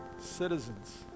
Citizens